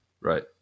right